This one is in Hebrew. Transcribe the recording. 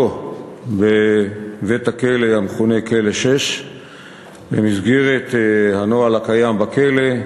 עונשו בבית-הסוהר המכונה כלא 6. במסגרת הנוהל הקיים בכלא,